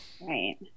Right